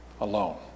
alone